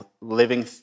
living